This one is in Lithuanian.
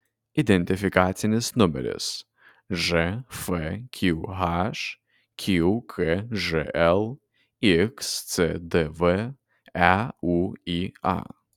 identifikacinis numeris žfqh qkžl xcdv euia